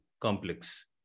complex